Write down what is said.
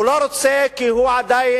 הוא לא רוצה כי הוא עדיין